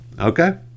okay